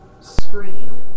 screen